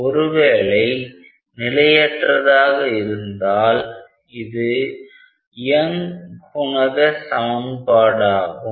ஒருவேளை நிலையற்றதாக இருந்தால் இது யங் குணகசமன்பாடாகும்